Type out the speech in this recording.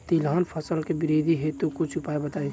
तिलहन फसल के वृद्धि हेतु कुछ उपाय बताई?